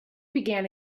began